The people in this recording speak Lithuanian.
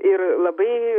ir labai